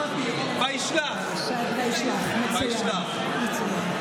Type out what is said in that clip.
עכשיו זה או וישלח או וישב, מה אתה בוחר?